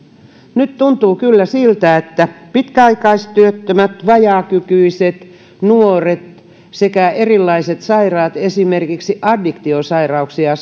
nyt tuntuu kyllä siltä että pitkäaikaistyöttömät vajaakykyiset nuoret sekä erilaiset sairaat esimerkiksi addiktiosairauksia